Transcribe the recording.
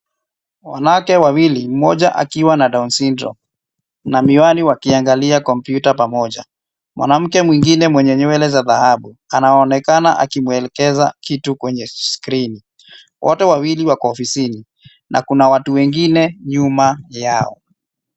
Wanawake wawili, mmoja akiwa na down syndrome na miwani wakiangalia kompyuta pamoja. Mwanamke mwingine mwenye nywele za dhahabu anaonekana akimwelekeza kitu kwenye skrini. Wote wawili kwa ofisini na kuna watu wengine nyuma yao.